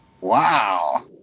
Wow